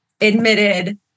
admitted